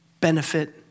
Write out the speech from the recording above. benefit